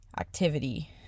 activity